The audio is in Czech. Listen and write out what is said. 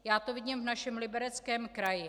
Já to vidím v našem Libereckém kraji.